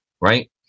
right